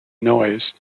noise